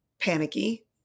Panicky